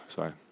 Sorry